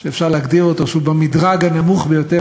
שאפשר להגדיר אותו שהוא במדרג הנמוך ביותר